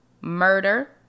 murder